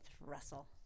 Russell